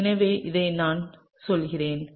எனவே இதை நான் சொல்கிறேன்